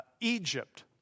Egypt